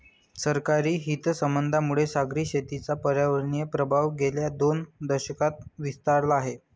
सरकारी हितसंबंधांमुळे सागरी शेतीचा पर्यावरणीय प्रभाव गेल्या दोन दशकांत विस्तारला आहे